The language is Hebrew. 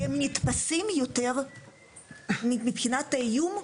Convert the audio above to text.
כי הם נתפסים יותר מבחינת האיום,